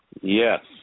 Yes